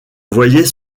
voyais